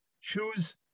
Choose